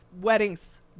weddings